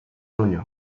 ronyó